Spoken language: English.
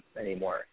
anymore